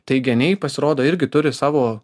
tai geniai pasirodo irgi turi savo